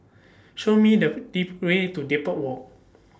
Show Me The Way to Depot Walk